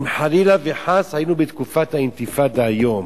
אם חלילה וחס היינו בתקופת האינתיפאדה היום,